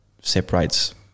separates